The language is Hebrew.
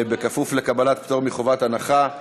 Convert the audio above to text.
כפוף לקבלת פטור מחובת הנחה.